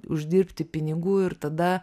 uždirbti pinigų ir tada